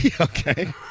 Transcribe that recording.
Okay